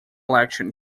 election